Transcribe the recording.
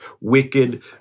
wicked